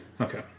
Okay